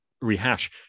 rehash